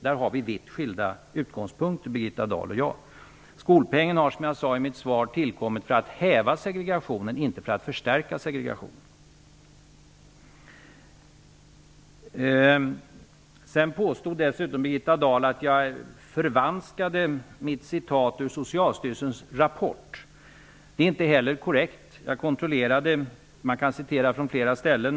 Där har Birgitta Dahl och jag vitt skilda utgångspunkter. Skolpengen har, som jag sade i mitt svar, tillkommit för att häva segregationen, inte för att förstärka segregationen. Birgitta Dahl påstod dessutom att jag förvanskade citatet ur Socialstyrelsens rapport. Det är inte heller korrekt. Jag har kontrollerat. Det går att citera flera ställen.